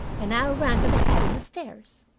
and i ran to the head of the stairs.